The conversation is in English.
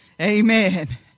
Amen